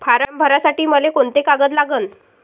Form भरासाठी मले कोंते कागद लागन?